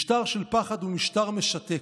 "משטר של פחד הוא משטר משתק,